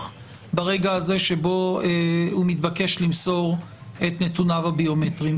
ברגע הזה שבוא הוא מתבקש למסור את נתוניו הביומטריים.